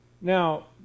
Now